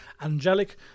angelic